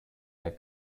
der